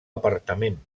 apartament